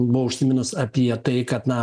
buvo užsiminus apie tai kad na